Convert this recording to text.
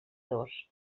dos